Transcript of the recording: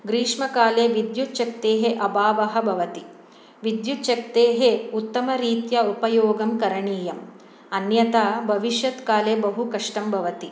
ग्रीष्मकाले विद्युच्छक्तेः अभावः भवति विद्यच्छक्तेः उत्तमरीत्या उपयोगं करणीयम् अन्यता भविष्यत् काले बहु कष्टं भवति